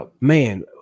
man